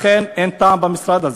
לכן אין טעם במשרד הזה.